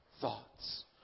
thoughts